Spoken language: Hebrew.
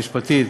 המשפטית,